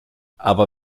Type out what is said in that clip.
aber